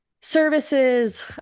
services